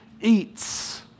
eats